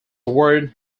word